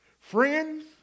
Friends